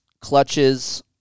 clutches